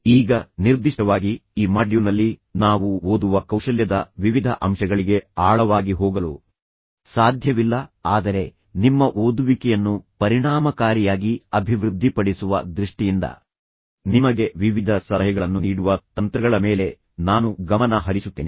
ಈಗ ನಿರ್ದಿಷ್ಟವಾಗಿ ಈ ಮಾಡ್ಯೂಲ್ನಲ್ಲಿ ನಾವು ಓದುವ ಕೌಶಲ್ಯದ ವಿವಿಧ ಅಂಶಗಳಿಗೆ ಆಳವಾಗಿ ಹೋಗಲು ಸಾಧ್ಯವಿಲ್ಲ ಆದರೆ ನಿಮ್ಮ ಓದುವಿಕೆಯನ್ನು ಪರಿಣಾಮಕಾರಿಯಾಗಿ ಅಭಿವೃದ್ಧಿಪಡಿಸುವ ದೃಷ್ಟಿಯಿಂದ ನಿಮಗೆ ವಿವಿಧ ಸಲಹೆಗಳನ್ನು ನೀಡುವ ತಂತ್ರಗಳ ಮೇಲೆ ನಾನು ಗಮನ ಹರಿಸುತ್ತೇನೆ